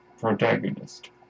protagonist